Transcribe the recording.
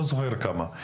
לא זוכר כמה.